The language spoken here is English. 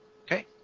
Okay